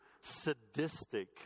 sadistic